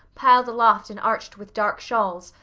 piled aloft and arched with dark shawls,